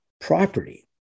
property